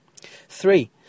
Three